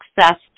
success